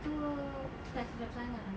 tu tak sedap sangat ah